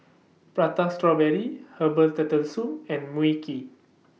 Prata Strawberry Herbal Turtle Soup and Mui Kee